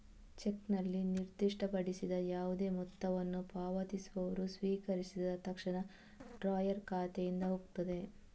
ಚೆಕ್ನಲ್ಲಿ ನಿರ್ದಿಷ್ಟಪಡಿಸಿದ ಯಾವುದೇ ಮೊತ್ತವನ್ನು ಪಾವತಿಸುವವರು ಸ್ವೀಕರಿಸಿದ ತಕ್ಷಣ ಡ್ರಾಯರ್ ಖಾತೆಯಿಂದ ಹೋಗ್ತದೆ